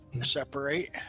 Separate